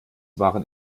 waren